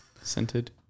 scented